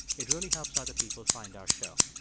it really helps other people find our show.